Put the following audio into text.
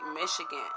Michigan